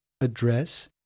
address